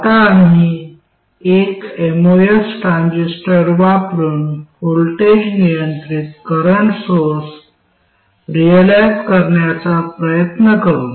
आता आम्ही एक एमओएस ट्रान्झिस्टर वापरुन व्होल्टेज नियंत्रित करंट सोर्स रिअलाईझ करण्याचा प्रयत्न करू